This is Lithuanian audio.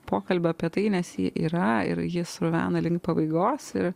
pokalbio apie tai nes ji yra ir ji sruvena link pabaigos ir